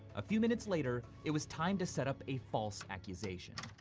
a few minutes later, it was time to set up a false accusation.